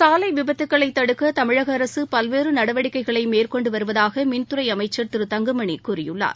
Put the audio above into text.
சாலைவிபத்துக்களைதடுக்கதமிழகஅரசுபல்வேறுநடவடிக்கைகளைமேற்கொண்டுவருவதாகமின்துறைஅ மைச்சர் திரு தங்கமணிகூறியுள்ளார்